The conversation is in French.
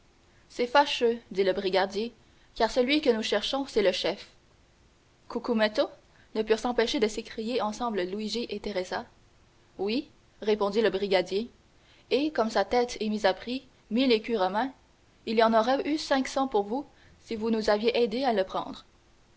c'est fâcheux dit le brigadier car celui que nous cherchons c'est le chef cucumetto ne purent s'empêcher de s'écrier ensemble luigi et teresa oui répondit le brigadier et comme sa tête est mise à prix à mille écus romains il y en aurait eu cinq cents pour vous si vous nous aviez aidés à le prendre